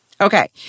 Okay